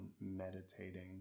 meditating